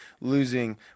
losing